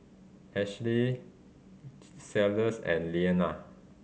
Ashely Cellus and Leana